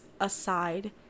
aside